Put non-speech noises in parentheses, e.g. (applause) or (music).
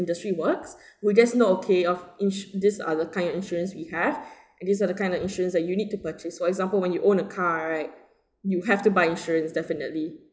industry works (breath) we just know okay of insu~ these are the kind of insurance we have (breath) and these are the kind of insurance that you need to purchase so for example if you own a car right you have to buy insurance definitely